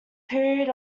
period